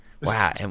Wow